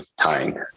tying